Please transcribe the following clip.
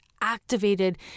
activated